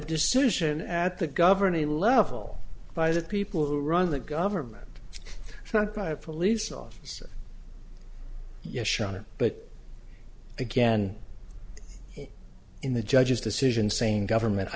decision at the governing level by the people who run the government not by a police officer yet shown it but again in the judge's decision same government i